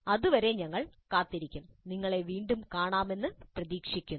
അതുവരെ ഞങ്ങൾ കാത്തിരിക്കും നിങ്ങളെ വീണ്ടും കാണാമെന്ന് പ്രതീക്ഷിക്കുന്നു